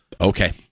Okay